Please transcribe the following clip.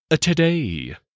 Today